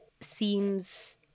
seems